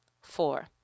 Four